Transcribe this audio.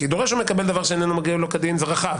כי "דורש או מקבל דבר שאינו מגיע לו כדין" זה רחב.